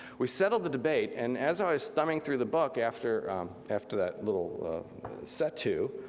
we settled the debate and as i was thumbing through the book, after after that little set to,